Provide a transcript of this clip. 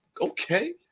Okay